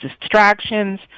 distractions